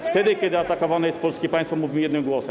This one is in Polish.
Wtedy kiedy atakowane jest polskie państwo, mówmy jednym głosem.